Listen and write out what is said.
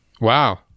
Wow